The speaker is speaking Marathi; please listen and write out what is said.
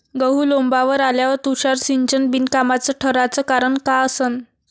गहू लोम्बावर आल्यावर तुषार सिंचन बिनकामाचं ठराचं कारन का असन?